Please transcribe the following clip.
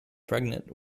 pregnant